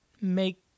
make